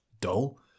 dull